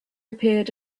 appeared